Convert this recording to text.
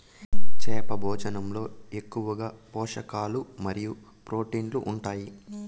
చేప భోజనంలో ఎక్కువగా పోషకాలు మరియు ప్రోటీన్లు ఉంటాయి